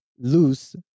Luz